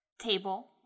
table